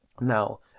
now